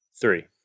Three